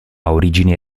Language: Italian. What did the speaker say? origini